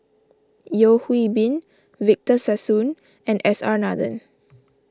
Yeo Hwee Bin Victor Sassoon and S R Nathan